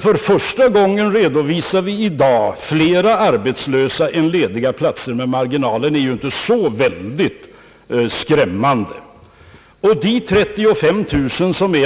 För första gången redovisar vi nu fler arbetslösa än lediga platser, men marginalen är inte så skrämmande. Dessa 35 000